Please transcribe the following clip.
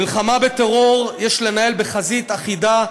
מלחמה בטרור יש לנהל בחזית אחידה,